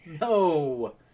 No